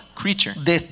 creature